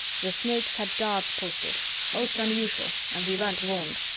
the snakes had guards posted most unusual and we weren't warned.